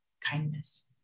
kindness